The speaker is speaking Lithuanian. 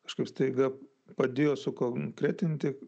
kažkaip staiga padėjo sukonkretinti